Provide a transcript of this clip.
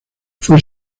fue